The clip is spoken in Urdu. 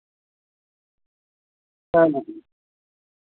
ہاں